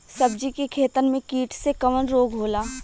सब्जी के खेतन में कीट से कवन रोग होला?